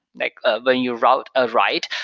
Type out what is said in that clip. like ah when you route a write.